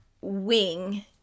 wing